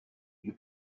you